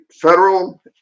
Federal